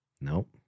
Nope